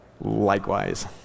Likewise